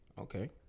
Okay